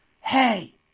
hey